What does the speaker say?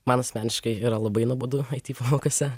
man asmeniškai yra labai nuobodu it pamokose